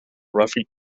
roughly